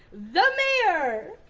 the mayor!